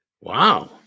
Wow